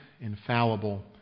infallible